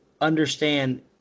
understand